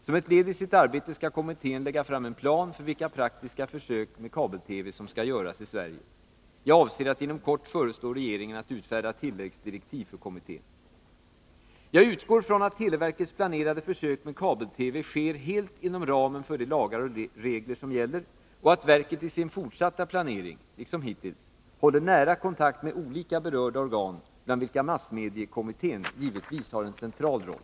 Som ett led i sitt arbete skall kommittén lägga fram en plan för vilka praktiska försök med kabel-TV som skall göras i Sverige. Jag avser att inom kort föreslå regeringen att utfärda tilläggsdirektiv för kommittén. Jag utgår från att televerkets planerade försök med kabel-TV sker helt inom ramen för de lagar och regler som gäller och att verket i sin fortsatta planering, liksom hittills, håller nära kontakt med olika berörda organ, bland vilka massmediekommittén givetvis spelar en central roll.